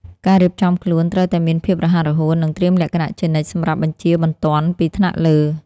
ការរៀបចំខ្លួនត្រូវតែមានភាពរហ័សរហួន និងត្រៀមលក្ខណៈជានិច្ចសម្រាប់បញ្ជាបន្ទាន់ពីថ្នាក់លើ។